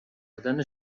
دادن